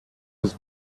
his